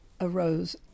arose